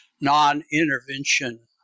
non-intervention